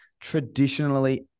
traditionally